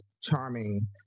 charming